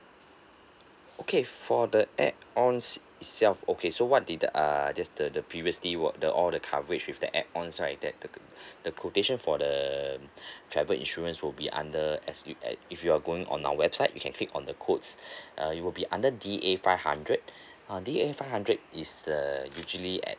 okay for the add ons itself okay so what the err just the the previously the all the coverage with the add ons right that the the quotation for the travel insurance will be under as you if you're going on our website you can click on the quotes uh you will be under D A five hundred uh D A five hundred is the usually at